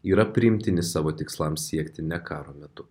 yra priimtini savo tikslams siekti ne karo metu